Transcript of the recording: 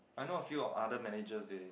I know a few of other manager they